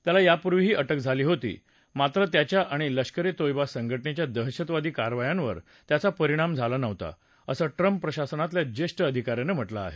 त्याला यापूर्वी ही अटक झाली होती मात्र त्याच्या आणि लष्कर ए तोयबा संघटनेच्या दहशतवादी कारवायांवर त्याचा परिणाम झाला नव्हता असं ट्रंप प्रशासनातल्या ज्येष्ठ अधिका यानं म्हटलं आहे